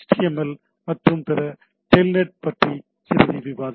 L மற்றும் பிற Telnet பற்றி சிறிது விவாதிப்போம்